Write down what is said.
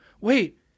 Wait